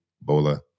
Bola